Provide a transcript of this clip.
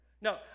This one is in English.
No